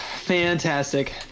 fantastic